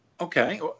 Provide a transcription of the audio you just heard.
Okay